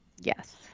Yes